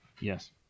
yes